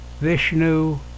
Vishnu